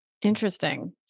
Interesting